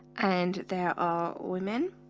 and there are women